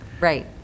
Right